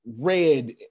Red